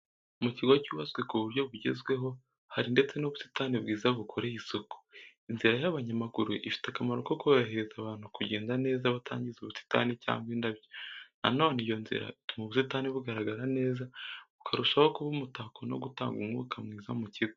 Mu kigo cyubatswe ku buryo bugezweho, hari ndetse n'ubusitani bwiza bukoreye isuku. Inzira y’abanyamaguru ifite akamaro ko korohereza abantu kugenda neza batangiza ubusitani cyangwa indabyo. Na none iyo nzira ituma ubusitani bugaragara neza bukarushaho kuba umutako no gutanga umwuka mwiza mu kigo.